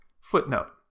Footnote